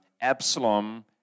Absalom